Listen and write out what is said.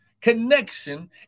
connection